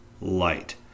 light